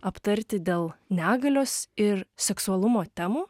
aptarti dėl negalios ir seksualumo temų